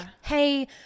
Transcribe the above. hey